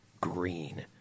green